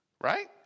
Right